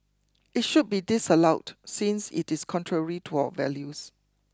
it should be disallowed since it is contrary to our values